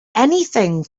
anything